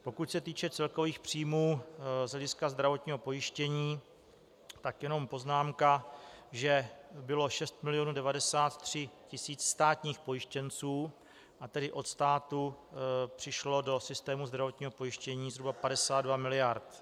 Pokud se týče celkových příjmů z hlediska zdravotního pojištění, tak jenom poznámka, že bylo 6 mil. 93 tis. státních pojištěnců, a tedy od státu přišlo do systému zdravotního pojištění zhruba 52 miliard.